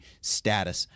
status